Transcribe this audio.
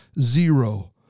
zero